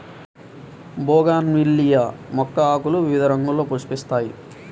bougainvillea మొక్క ఆకులు వివిధ రంగుల్లో పుష్పిస్తాయి